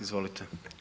Izvolite.